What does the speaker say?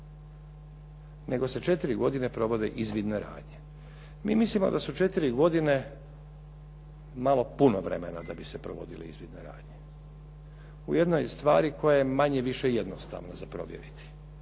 Nego se četiri godine provode izvidne radnje. Mi mislimo da su četiri godine malo puno vremena da bi se provodile izvidne radnje u jednoj stvari koja je manje-više jednostavna za provjeriti.